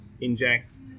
inject